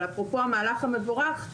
אבל אפרופו המהלך המבורך,